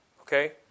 Okay